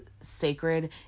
sacred